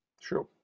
Sure